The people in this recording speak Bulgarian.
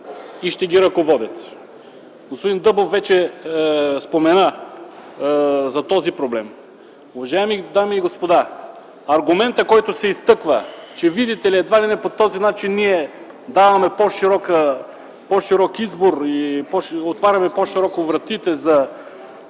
и ще ги ръководят. Господин Дъбов вече спомена за този проблем. Уважаеми дами и господа, аргументът, който се изтъква, че видите ли, ние по този начин даваме едва ли не по-широк избор и отваряме по-широко вратите за